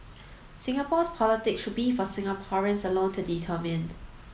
Singapore's politics should be for Singaporeans alone to determine